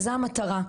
וזו המטרה,